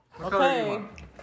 Okay